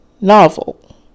novel